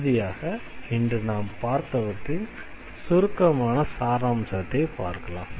இறுதியாக இன்று நாம் பார்த்தவற்றின் சுருக்கமான சாராம்சத்தை பார்க்கலாம்